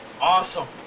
Awesome